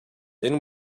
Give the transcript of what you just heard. then